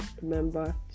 remember